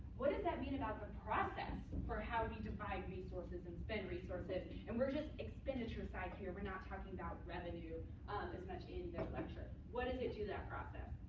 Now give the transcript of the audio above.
what does that mean about the process for how we divide resources and spend resources? and we're just expenditure side here. we're not talking about revenue as much in the lecture. what does it do to that process?